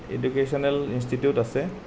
educational institute আছে